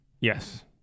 Yes